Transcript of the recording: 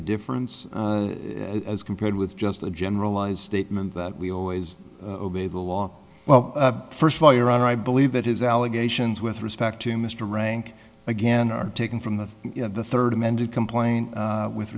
difference as compared with just a generalized statement that we always obey the law well first of all your honor i believe that his allegations with respect to mr rank again are taken from the third amended complaint with